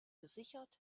gesichert